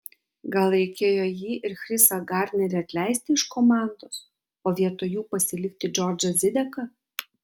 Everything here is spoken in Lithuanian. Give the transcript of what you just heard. gal reikėjo jį ir chrisą garnerį atleisti iš komandos o vietoj jų pasilikti džordžą zideką